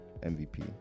MVP